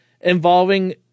involving